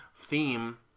theme